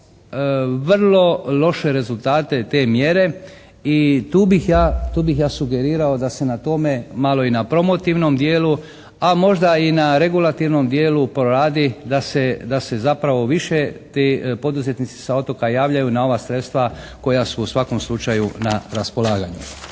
vrlo loše rezultate te mjere i tu bih ja sugerirao da se na tome malo i na promotivnom dijelu možda i na regulativnom dijelu proradi da se zapravo više ti poduzetnici sa otoka javljaju na ova sredstva koja su u svakom slučaju na raspolaganju.